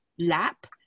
lap